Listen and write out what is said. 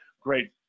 great